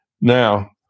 Now